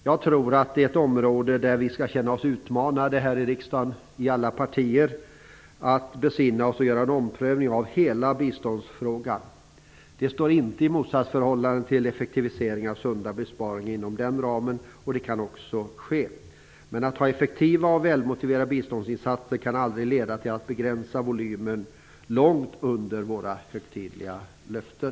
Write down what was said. Jag tror att det är ett område där alla partier här i riksdagen skall känna sig utmanade att besinna sig och göra en omprövning av hela biståndsfrågan. Den står inte i motsatsförhållande till effektiviseringar och sunda besparingar inom den ramen. Det kan också ske. Men att man gör effektiva och välmotiverade biståndsinsatser kan aldrig leda till att man begränsar volymen långt under våra högtidliga löften.